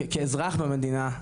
כאזרח במדינה,